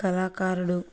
కళాకారుడు